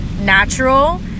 natural